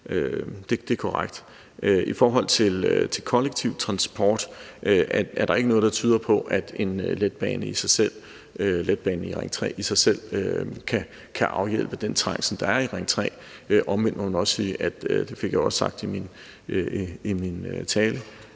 Det er korrekt. I forhold til kollektiv transport, så er der ikke noget, der tyder på, at en letbane i Ring 3 i sig selv kan afhjælpe den trængsel, der er i Ring 3. Omvendt må man også sige – og det